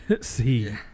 see